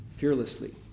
Fearlessly